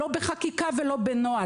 לא בחקיקה ולא בנוהל.